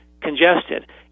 congested